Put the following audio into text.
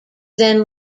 then